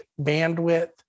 bandwidth